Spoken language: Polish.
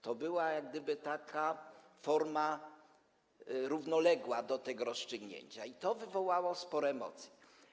To była jak gdyby taka forma równoległa do tego rozstrzygnięcia i to wywołało sporo emocji.